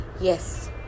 Yes